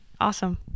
Awesome